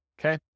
okay